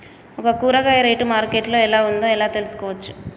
ఒక కూరగాయ rate market లో ఎలా ఉందో ఎలా తెలుసుకోవచ్చు?